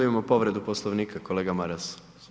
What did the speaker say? Imamo povredu Poslovnika, kolega Maras.